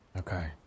Okay